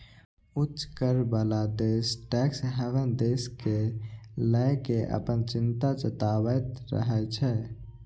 उच्च कर बला देश टैक्स हेवन देश कें लए कें अपन चिंता जताबैत रहै छै